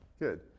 Good